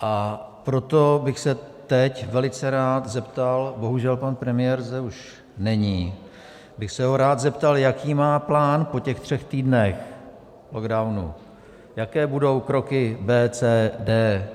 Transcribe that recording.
A proto bych se teď velice rád zeptal bohužel, pan premiér zde už není bych se ho rád zeptal, jaký má plán po těch třech týdnech lockdownu, jaké budou kroky B, C, D,